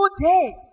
Today